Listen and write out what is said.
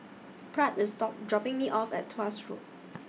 Pratt IS dropping Me off At Tuas Road